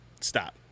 stop